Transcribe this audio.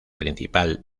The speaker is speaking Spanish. principal